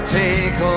take